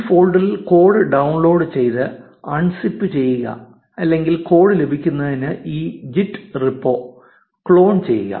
ഒരു ഫോൾഡറിൽ code download ചെയ്ത് അൺസിപ്പ് ചെയ്യുക അല്ലെങ്കിൽ കോഡ് ലഭിക്കുന്നതിന് ഈ ജിറ്റ് റിപ്പോ ക്ലോൺ ചെയ്യുക